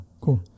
cool